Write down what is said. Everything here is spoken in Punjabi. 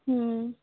ਹਮ